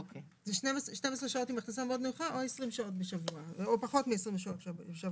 זה 12 שעות עם הכנסה מאוד נמוכה או פחות מ-20 שעות בשבוע.